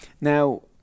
Now